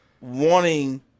wanting